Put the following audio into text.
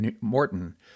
Morton